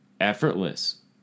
effortless